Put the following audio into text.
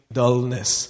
dullness